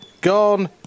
Gone